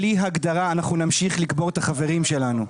בלי הגדרה אנחנו נמשיך לקבור את החברים שלנו.